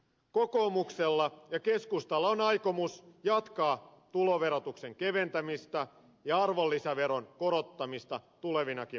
kokoomuksella ja keskustalla on aikomus jatkaa tuloverotuksen keventämistä ja arvonlisäveron korottamista tulevinakin vuosina